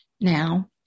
now